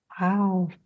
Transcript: wow